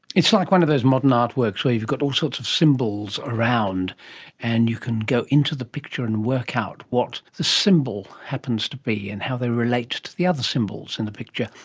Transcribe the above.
it's like one of those modern artworks where you got all sorts of symbols around and you can go into the picture and work out what the symbol happens to be and how they relate to the other symbols in the picture.